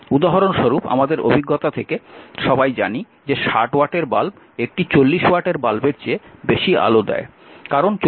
উদাহরণস্বরূপ আমাদের অভিজ্ঞতা থেকে সবাই জানি যে 60 ওয়াটের বাল্ব একটি 40 ওয়াটের বাল্বের চেয়ে বেশি আলো দেয়